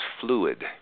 fluid